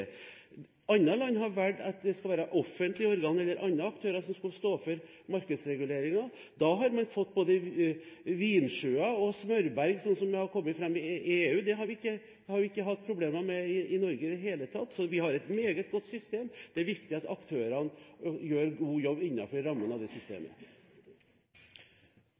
land har valgt at det skal være offentlige organer eller andre aktører som skal stå for markedsreguleringen, og da hadde man fått både vinsjøer og smørberg slik det har ført til i EU. Det har vi ikke hatt problemer med i Norge i det hele tatt. Vi har et meget godt system. Det er viktig at aktørene gjør en god jobb innenfor rammene av dette systemet.